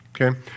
Okay